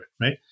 right